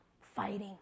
fighting